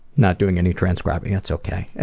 not doing any transcribing. that's ok.